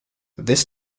this